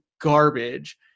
garbage